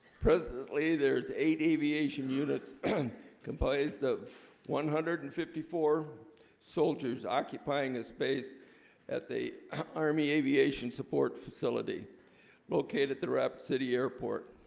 presently there's eight aviation units composed of one hundred and fifty four soldiers occupying a space at the army aviation support facility located at the rapid city airport